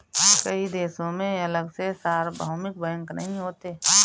कई देशों में अलग से सार्वभौमिक बैंक नहीं होते